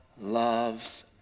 loves